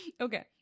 Okay